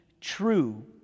true